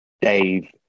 Dave